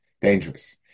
dangerous